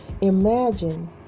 Imagine